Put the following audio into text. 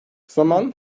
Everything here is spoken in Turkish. zamanın